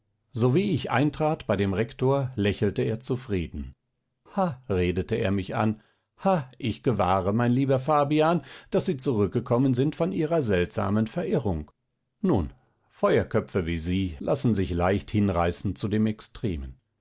sowie ich eintrat bei dem rektor lächelte er zufrieden ha redete er mich an ha ich gewahre mein lieber fabian daß sie zurückgekommen sind von ihrer seltsamen verirrung nun feuerköpfe wie sie lassen sich leicht hinreißen zu dem extremen